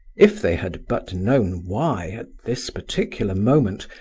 if they had but known why, at this particular moment,